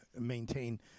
maintain